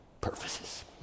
purposes